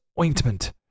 ointment